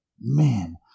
Man